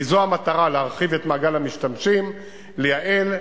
כי זו המטרה, להרחיב את מעגל המשתמשים, לייעל,